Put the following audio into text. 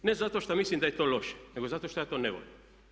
Ne zato što mislim da je to loše, nego zato što ja to ne volim.